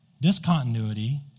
Discontinuity